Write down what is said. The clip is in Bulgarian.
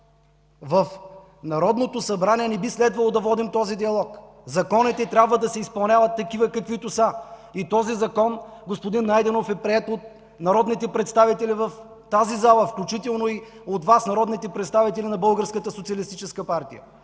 В Народното събрание не би следвало да водим този диалог. Законите трябва да се изпълняват такива, каквито са. Господин Найденов, този Закон е приет от народните представители в тази зала, включително и от Вас, народните представители на Българската социалистическа партия.